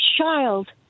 child